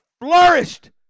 flourished